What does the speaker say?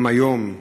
גם היום,